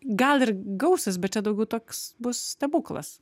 gal ir gausis bet čia daugiau toks bus stebuklas